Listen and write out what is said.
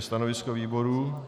Stanovisko výboru?